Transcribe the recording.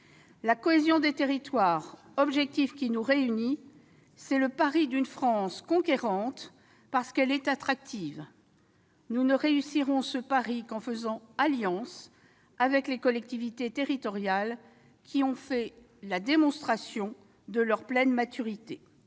La cohésion des territoires, objectif qui nous réunit, c'est le pari d'une France conquérante, parce qu'elle est attractive. Nous ne relèverons ce pari qu'en faisant alliance avec les collectivités territoriales, qui ont fait la démonstration de leur pleine maturité.